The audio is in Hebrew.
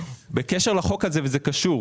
בקשר לחוק הזה, וזה קשור,